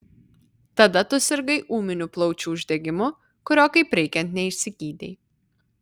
tada tu sirgai ūminiu plaučių uždegimu kurio kaip reikiant neišsigydei